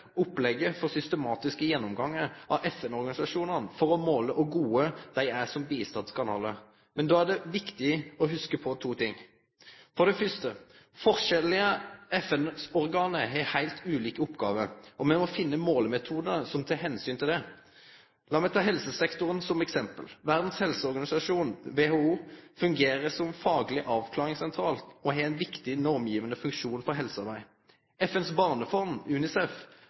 måle kor gode dei er som bistandskanalar. Men då er det viktig å hugse på to ting. For det første: Forskjellige FN-organ har heilt ulike oppgåver, og me må finne målemetodar som tek omsyn til det. Lat meg ta helsesektoren som eksempel. Verdas helseorganisasjon, WHO, fungerer som fagleg avklaringssentral og har ein viktig normgivande funksjon for helsearbeid. FNs barnefond,